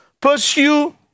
pursue